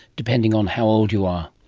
depending on how old you are.